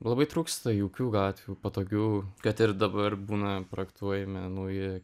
labai trūksta jaukių gatvių patogių kad ir dabar būna projektuojami nauji